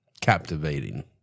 Captivating